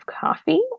coffee